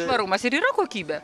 švarumas ir yra kokybė